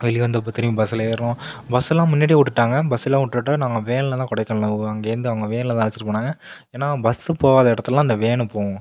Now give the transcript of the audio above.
வெளியே வந்து அப்புறம் திரும்பி பஸ்ஸில் ஏறுறோம் பஸ்ஸெல்லாம் முன்னாடியே விட்டுட்டாங்க பஸ்ஸுலாம் விட்டுட்டு நாங்க வேனில் தான் கொடைக்கானல் வருவோம் அங்கேருந்து அவங்க வேனில் தான் அழைச்சிட்டு போனாங்க ஏன்னா பஸ்ஸு போகாத இடத்துலலாம் அந்த வேனு போகும்